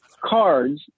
cards